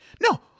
no